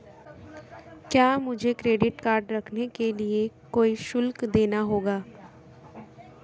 क्या मुझे credit card रखने के लिए कोई शुल्क देना होगा?